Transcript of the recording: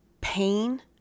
pain